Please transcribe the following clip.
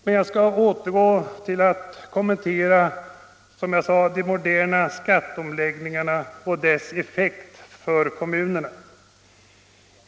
Men jag skall återgå till att något kommentera de, som jag kallade dem, moderna skatteomläggningarna och dessas effekt på kommunerna.